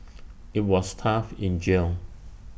IT was tough in jail